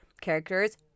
characters